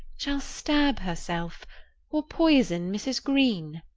shall stab herself or poison mrs. green.